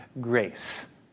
grace